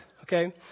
Okay